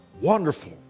Wonderful